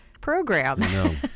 program